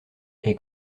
est